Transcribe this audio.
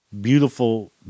beautiful